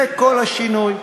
זה כל השינוי.